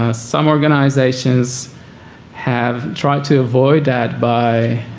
ah some organisations have tried to avoid that by